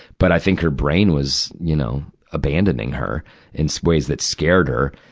but i think her brain was, you know, abandoning her in so ways that scared her.